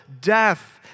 death